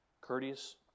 courteous